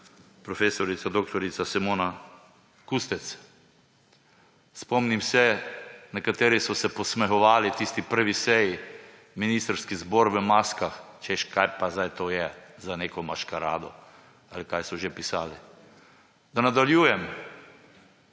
ministrica prof. dr. Simona Kustec. Spomnim se, nekateri so se posmehovali tisti prvi seji; ministrski zbor v maskah, češ, kaj pa zdaj to, je neka maškarada ali kaj so že pisali. Da nadaljujem,